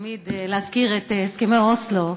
תמיד להזכיר את הסכמי אוסלו,